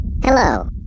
Hello